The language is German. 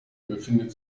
befindet